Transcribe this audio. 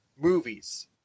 movies